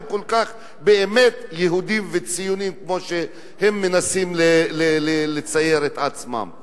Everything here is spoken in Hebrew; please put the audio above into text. הם באמת כל כך יהודים וציונים כמו שהם מנסים לצייר את עצמם.